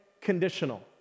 conditional